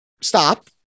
stop